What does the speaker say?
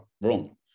wrong